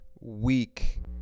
week